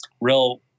real